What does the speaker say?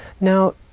Now